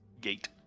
gate